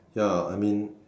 ya I mean